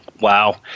Wow